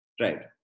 right